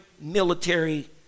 military